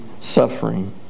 suffering